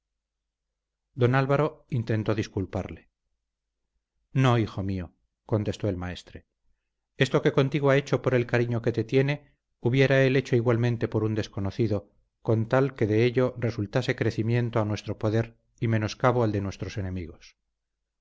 don álvaro intentó disculparle no hijo mío contestó el maestre esto que contigo ha hecho por el cariño que te tiene hubiera él hecho igualmente por un desconocido con tal que de ello resultase crecimiento a nuestro poder y menoscabo al de nuestros enemigos